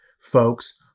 folks